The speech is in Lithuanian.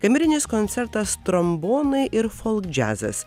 kamerinis koncertas trombonai ir folk džiazas